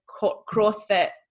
crossfit